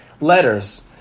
letters